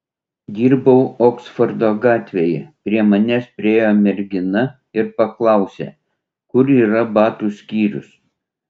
dirbau oksfordo gatvėje prie manęs priėjo mergina ir paklausė kur yra batų skyrius